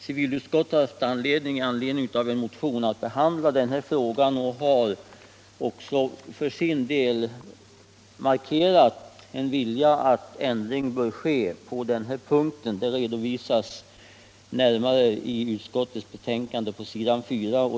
Civilutskottet har med anledning av en motion behandlat denna fråga och har också för sin del markerat en vilja till ändring på denna punkt. Det redovisas närmare i utskottets betänkande på s. 4.